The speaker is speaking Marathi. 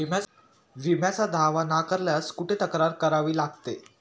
विम्याचा दावा नाकारल्यास कुठे तक्रार करावी लागते?